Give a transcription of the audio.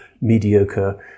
mediocre